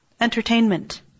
entertainment